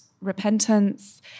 repentance